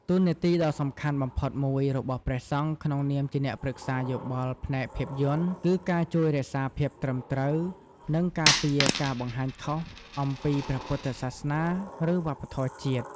តួនាទីដ៏សំខាន់បំផុតមួយរបស់ព្រះសង្ឃក្នុងនាមជាអ្នកប្រឹក្សាយោបល់ផ្នែកភាពយន្ត គឺការ ជួយរក្សាភាពត្រឹមត្រូវ និងការពារការបង្ហាញខុស អំពីព្រះពុទ្ធសាសនា ឬវប្បធម៌ជាតិ។